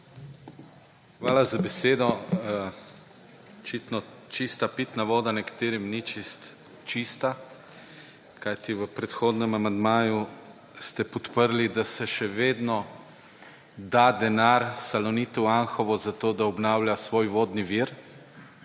Hvala za besedo. Očitno čista pitna voda nekaterim ni čisto čista, kajti v predhodnem amandmaju ste podprli, da se še vedno da denar Salonitu Anhovo za to, da obnavlja svoj vodni vir.